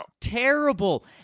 terrible